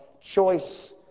choice